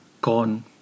gone